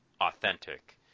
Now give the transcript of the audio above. authentic